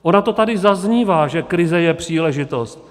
Ono to tady zaznívá, že krize je příležitost.